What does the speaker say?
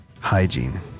hygiene